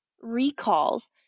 recalls